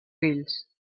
fills